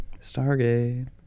Stargate